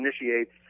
initiates